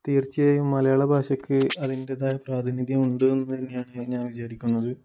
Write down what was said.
തീർച്ചയായും മലയാള ഭാഷയ്ക്ക് അതിൻ്റെതായ പ്രാധനിധ്യമുണ്ട് എന്നു തന്നെയാണ് ഞാൻ വിചാരിക്കുന്നത്